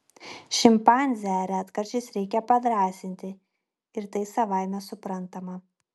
šimpanzę retkarčiais reikia padrąsinti ir tai savaime suprantama